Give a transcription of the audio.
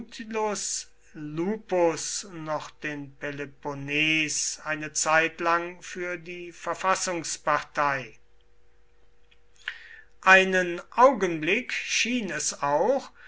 lupus noch den peloponnes eine zeitlang für die verfassungspartei einen augenblick schien es auch